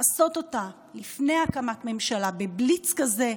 לעשות אותה לפני הקמת ממשלה בבליץ כזה,